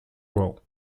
will